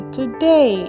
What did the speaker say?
today